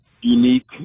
unique